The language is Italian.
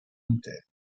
interno